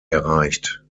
erreicht